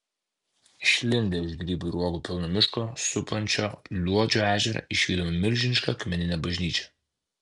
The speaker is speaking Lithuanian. išlindę iš grybų ir uogų pilno miško supančio luodžio ežerą išvydome milžinišką akmeninę bažnyčią